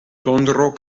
tondro